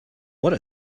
what